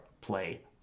play